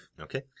Okay